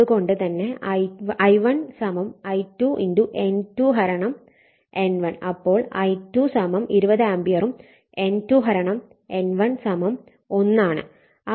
അത് കൊണ്ട് തന്നെ I1 I2 N2 N1 അപ്പോൾ I2 20 ആംപിയറും N2 N1 1 ആണ്